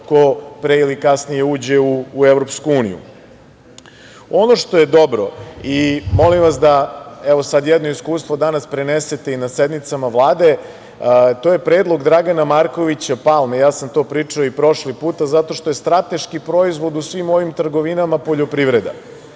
ko pre ili kasnije uđe u Evropsku uniju. Ono što je dobro i molim vas da sad jedno iskustvo danas prenesete i na sednicama Vlade, to je predlog Dragana Markovića Palme, ja sam to pričao i prošli put, zato što je strateški proizvod u svim ovim trgovinama poljoprivreda.